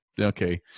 okay